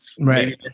right